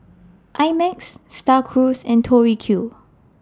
I Max STAR Cruise and Tori Q